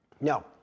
No